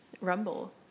Rumble